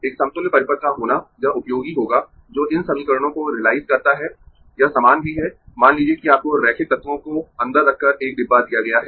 एक समतुल्य परिपथ का होना यह उपयोगी होगा जो इन समीकरणों को रीलाइज करता है यह समान भी है मान लीजिए कि आपको रैखिक तत्वों को अन्दर रखकर एक डिब्बा दिया गया है